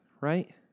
Right